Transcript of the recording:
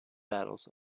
battles